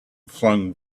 flung